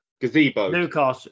Gazebo